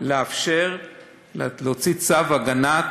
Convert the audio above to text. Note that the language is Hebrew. לאפשר להוציא צו הגנה,